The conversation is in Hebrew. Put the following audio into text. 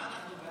הסתייגות 2 לא